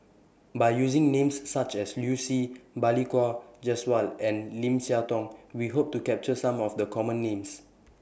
By using Names such as Liu Si Balli Kaur Jaswal and Lim Siah Tong We Hope to capture Some of The Common Names